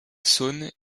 saône